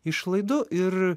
išlaidų ir